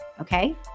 Okay